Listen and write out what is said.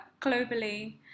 globally